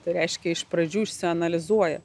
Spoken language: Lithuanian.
tai reiškia iš pradžių išsianalizuoja